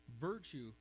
virtue